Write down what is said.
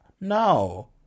No